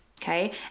Okay